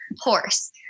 horse